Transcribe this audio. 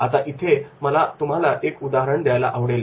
आता मला इथे तुम्हाला एक उदाहरण द्यायला आवडेल